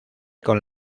con